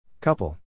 Couple